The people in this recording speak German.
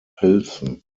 pilzen